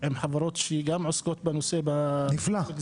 עם חברות שגם עוסקות בנושא במגזר.